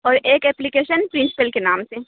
اور ایک application principal کے نام سے